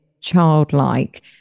childlike